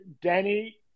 Danny